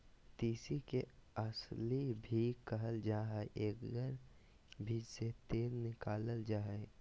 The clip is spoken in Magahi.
तीसी के अलसी भी कहल जा हइ एकर बीज से तेल निकालल जा हइ